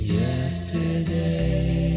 yesterday